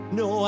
no